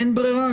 אין ברירה,